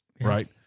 right